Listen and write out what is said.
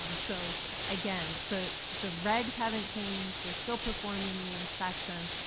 um so again, the the regs. haven't changed, we're still performing the inspections,